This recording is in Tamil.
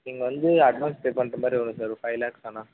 நீங்கள் வந்து அட்வான்ஸ் பே பண்ணுற மாதிரி வரும் சார் ஒரு ஃபைவ் லாக்ஸ் ஆனால்